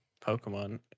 Pokemon